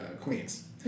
Queens